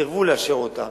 סירבו לאשר אותן,